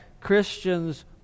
Christians